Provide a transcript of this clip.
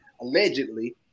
allegedly